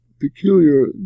peculiar